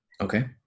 Okay